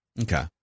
Okay